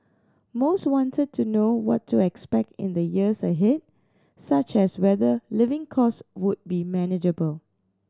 most wanted to know what to expect in the years ahead such as whether living cost would be manageable